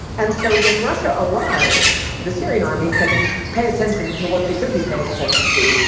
and so when russia arrives the syrian army can pay attention to what they should be paying attention to.